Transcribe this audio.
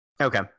Okay